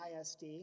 ISD